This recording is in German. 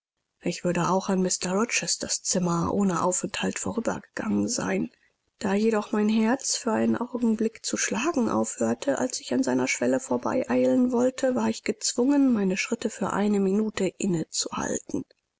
ich würde auch an mr rochesters zimmer ohne aufenthalt vorübergegangen sein da jedoch mein herz für einen augenblick zu schlagen aufhörte als ich an seiner schwelle vorbeieilen wollte war ich gezwungen meine schritte für eine minute